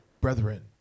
brethren